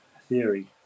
theory